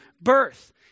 birth